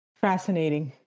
Fascinating